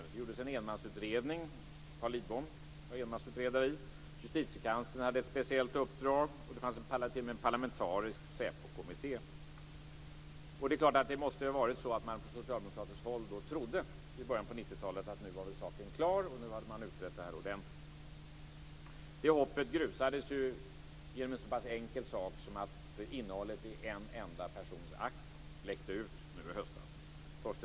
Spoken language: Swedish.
Det tillsattes en enmansutredning i vilken Carl Lidbom var utredare. Justitiekanslern hade ett speciellt uppdrag. Det fanns t.o.m. en parlamentarisk säpokommitté. Det är klart att det måste ha varit så att man från socialdemokratiskt håll i början på 90-talet trodde att saken var klar och att man hade utrett frågan ordentligt. Men hoppet grusades ju genom en så pass enkel sak som att innehållet i en enda persons akt läckte ut nu i höstas.